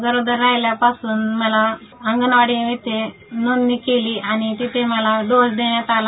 गरोदर राहील्यापासून मला अंगणवाडी इथे नोंदणी केली आणि तिथे मला डोस देण्यात आला